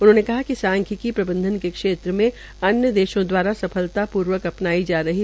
उन्होंने कहा कि सांख्यिकी प्रबंधन के क्षेत्र में अन्य देशों दवारा सफलता पूर्वक अपनाई जा रही है